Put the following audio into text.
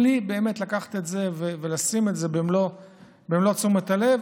בלי לקחת את זה ולשים על זה את מלוא תשומת הלב,